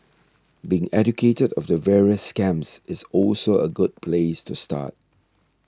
being educated of the various scams is also a good place to start